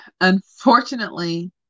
unfortunately